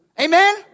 Amen